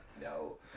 No